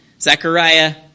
Zechariah